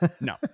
No